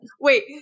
Wait